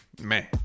man